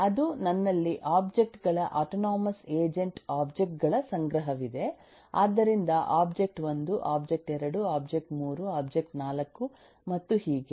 ಅದು ನನ್ನಲ್ಲಿ ಒಬ್ಜೆಕ್ಟ್ ಗಳ ಆಟೊನೊಮಸ್ ಏಜೆಂಟ್ ಒಬ್ಜೆಕ್ಟ್ ಗಳ ಸಂಗ್ರಹವಿದೆ ಆದ್ದರಿಂದ ಒಬ್ಜೆಕ್ಟ್ 1 ಒಬ್ಜೆಕ್ಟ್ 2 ಒಬ್ಜೆಕ್ಟ್ 3 3 ಒಬ್ಜೆಕ್ಟ್ 4 4 ಮತ್ತು ಹೀಗೆ